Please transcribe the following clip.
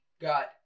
got